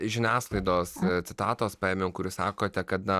žiniasklaidos citatos paėmiau kur jūs sakote kad na